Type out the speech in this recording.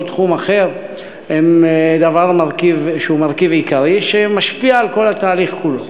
תחום אחר הם דבר שהוא מרכיב עיקרי שמשפיע על כל התהליך כולו,